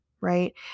right